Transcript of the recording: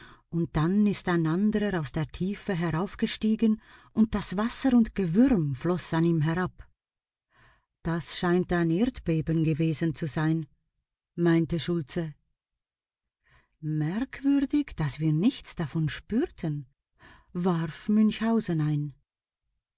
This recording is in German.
und dann ist ein andrer aus der tiefe heraufgestiegen und das wasser und gewürm floß an ihm herab das scheint ein erdbeben gewesen zu sein meinte schultze merkwürdig daß wir nichts davon spürten warf münchhausen ein